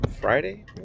Friday